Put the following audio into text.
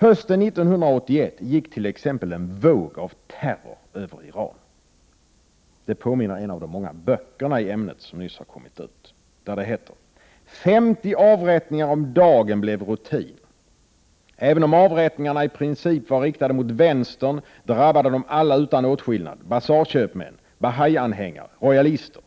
Hösten 1981 gick t.ex. en våg av terror över Iran. En av de många böcker i ämnet som nyss har kommit ut påminner om detta: ”Femtio avrättningar om dagen blev rutin. Även om avrättningarna i princip var riktade mot vänstern, drabbade de alla utan åtskillnad, basarköpmän, Bahaianhängare, rojalister.